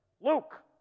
Luke